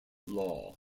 law